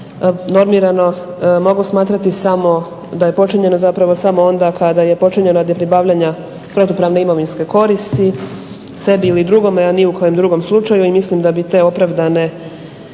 normirano moglo smatrati samo da je počinjeno onda kada je počinje .... protupravne imovinske koristi sebi ili drugome a ni u kojem drugom slučaju i mislim da bi te opravdane